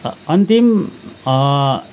अन्तिम